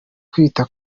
kwita